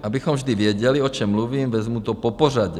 Abychom vždy věděli, o čem mluvím, vezmu to popořadě.